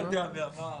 לא יודע מי אמר,